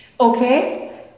Okay